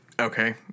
okay